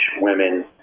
women